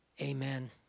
Amen